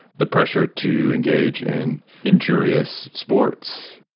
the pressure to engage in injurious sports.